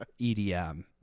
EDM